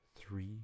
three